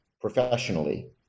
professionally